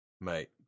Mate